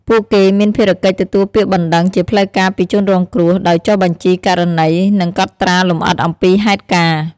ពួកគេមានភារកិច្ចទទួលពាក្យបណ្ដឹងជាផ្លូវការពីជនរងគ្រោះ ដោយចុះបញ្ជីករណី និងកត់ត្រាលម្អិតអំពីហេតុការណ៍។